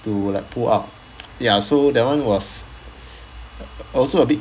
to like pull up ya so that one was also a bit